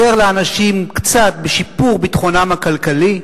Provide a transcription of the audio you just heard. שעוזר לאנשים קצת בשיפור ביטחונם הכלכלי,